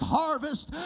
harvest